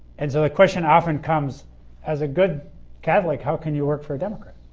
and so the question often comes as a good catholic how can you work for a democrat.